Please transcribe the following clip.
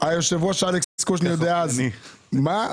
היושב-ראש אלכס קושניר דאז: מה?